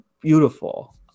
beautiful